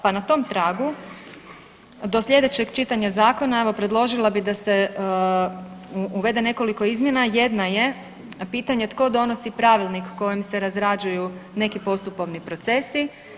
Pa na tom tragu do sljedećeg čitanja zakona predložila bih da se uvede nekoliko izmjena, jedna je pitanje tko donosi pravilnik kojim se razrađuju neki postupovni procesi?